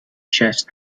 chest